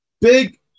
Big